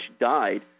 died